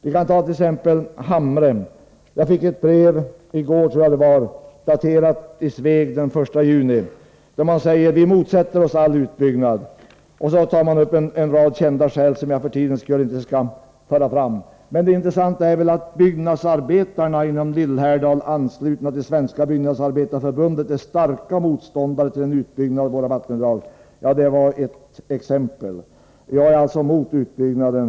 Vi kant.ex. ta Hamre. Jag fick nyligen ett brev, daterat i Sveg den 1 juni. Därsstår det bl.a.: Vi motsätter oss all utbyggnad. Därefter tar vederbörande upp en rad kända skäl, som jag med hänsyn till tidsbristen inte skall nämna. Det intressanta är att byggnadsarbetarna i Lillhärdal, anslutna till Svenska byggnadsarbetareförbundet, är stora motståndare till en utbyggnad av våra vattendrag. Detta var ett exempel. Jag är också emot en utbyggnad.